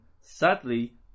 Sadly